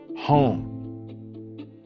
home